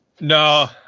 No